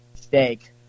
Steak